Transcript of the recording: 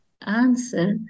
answer